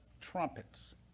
Trumpets